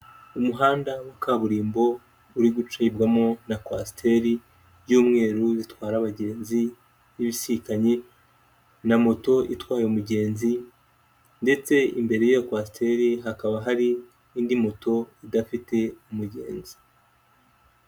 Umuhanda wa kaburimbo uri gucibwamo na Coaster y'umweru, zitwara abagenzi ibisikanye na moto itwaye umugenzi, ndetse imbere yiyo Coaster hakaba hari indi moto idafite umugenzi.